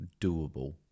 doable